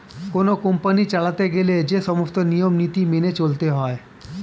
কোন কোম্পানি চালাতে গেলে যে সমস্ত নিয়ম নীতি মেনে চলতে হয়